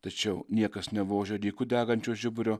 tačiau niekas nevožia ryku degančio žiburio